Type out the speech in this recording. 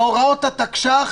בהוראות התקש"ח